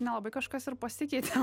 nelabai kažkas ir pasikeitė